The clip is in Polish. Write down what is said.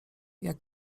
jak